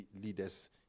leaders